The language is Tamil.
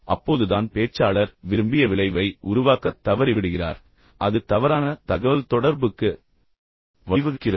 அப்போதுதான் பேச்சாளர் விரும்பிய விளைவை உருவாக்கத் தவறிவிடுகிறார் எனவே அது தவறான தகவல்தொடர்புக்கு வழிவகுக்கிறது